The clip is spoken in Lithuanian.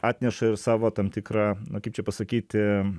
atneša ir savo tam tikrą na kaip čia pasakyti